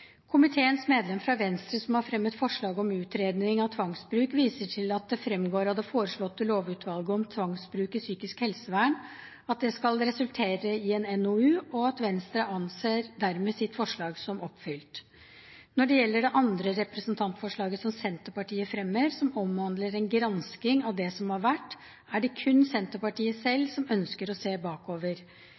Komiteens medlem fra Venstre, som har fremmet forslaget om utredning av tvangsbruk, viser til at det fremgår av det foreslåtte lovutvalget om tvangsbruk i psykisk helsevern at det skal resultere i en NOU, og at Venstre dermed anser sitt forslag som oppfylt. Når det gjelder det andre representantforslaget, som Senterpartiet fremmer, som omhandler en gransking av det som har vært, er det kun Senterpartiet selv som ønsker å se bakover.